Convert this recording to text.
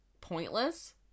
pointless